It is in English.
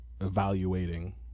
evaluating